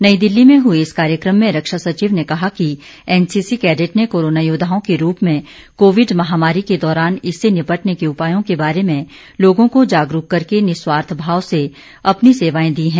नई दिल्ली में हुए इस कार्यक्रम में रक्षा सचिव ने कहा कि एनसीसी कैडेट ने कोरोना योद्वाओं के रूप में कोविड महामारी के दौरान इससे निपटने के उपायों के बारे में लोगों को जागरूक करके निस्वार्थ भाव से अपनी सेवाएं दीं